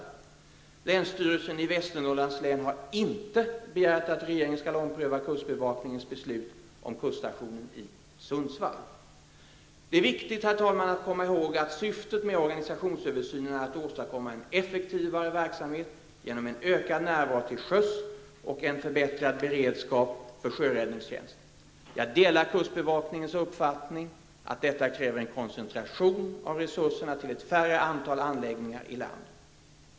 Länsstyrelsen i Västernorrlands län har inte begärt att regeringen skall ompröva kustbevakningens beslut om kuststationen i Sundsvall. Det är viktigt att komma ihåg att syftet med organisationsöversynen är att åstadkomma en effektivare verksamhet genom en ökad närvaro till sjöss och en förbättrad beredskap för sjöräddningstjänst. Jag delar kustbevakningens uppfattning att detta kräver en koncentration av resurserna till ett färre antal anläggningar i land.